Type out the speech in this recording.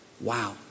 wow